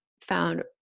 found